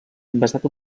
basat